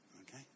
Okay